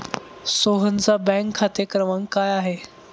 सोहनचा बँक खाते क्रमांक काय आहे?